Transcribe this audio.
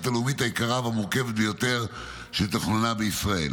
הלאומית היקרה והמורכבת ביותר שתוכננה בישראל.